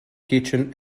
kitchen